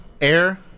Air